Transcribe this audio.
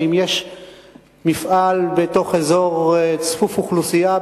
שאם יש מפעל בתוך אזור צפוף אוכלוסייה,